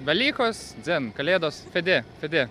velykos dzin kalėdos fidi fidi